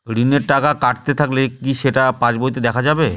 ঋণের টাকা কাটতে থাকলে কি সেটা পাসবইতে দেখা যাবে?